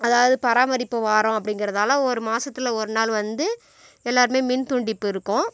அதாவது பராமரிப்பு வாரம் அப்படிங்கிறதால ஒரு மாதத்துல ஒரு நாள் வந்து எல்லாேருமே மின் துண்டிப்பு இருக்கும்